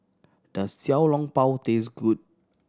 does Xiao Long Bao taste good